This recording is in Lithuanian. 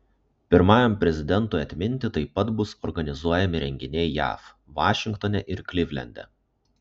pirmajam prezidentui atminti taip pat bus organizuojami renginiai jav vašingtone ir klivlende